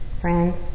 friends